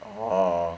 orh